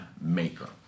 maker